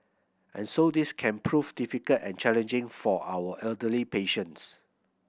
and so this can prove difficult and challenging for our elderly patients